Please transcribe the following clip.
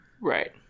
Right